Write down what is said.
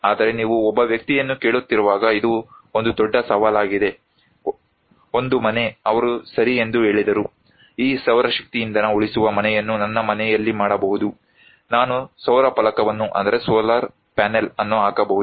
ಆದರೆ ನೀವು ಒಬ್ಬ ವ್ಯಕ್ತಿಯನ್ನು ಕೇಳುತ್ತಿರುವಾಗ ಇದು ಒಂದು ದೊಡ್ಡ ಸವಾಲಾಗಿದೆ ಒಂದು ಮನೆ ಅವರು ಸರಿ ಎಂದು ಹೇಳಿದರು ಈ ಸೌರಶಕ್ತಿ ಇಂಧನ ಉಳಿಸುವ ಮನೆಯನ್ನು ನನ್ನ ಮನೆಯಲ್ಲಿ ಮಾಡಬಹುದು ನಾನು ಸೌರ ಫಲಕವನ್ನು ಹಾಕಬಹುದು